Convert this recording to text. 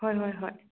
ꯍꯣꯏ ꯍꯣꯏ ꯍꯣꯏ